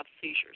seizures